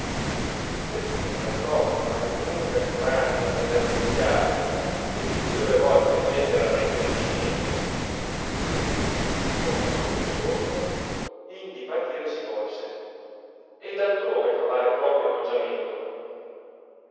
e perchè la troppa e lunga dimoranza nell'altrui case il più delle volte genera rincrescimento egli con maturo discorso indi partire si volse ed altrove trovare propio alloggiamento